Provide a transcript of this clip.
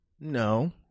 No